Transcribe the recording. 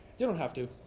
don't have to,